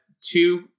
two